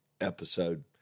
episode